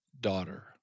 daughter